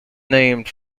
named